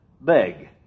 beg